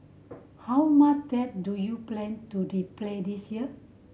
how much debt do you plan to replay this year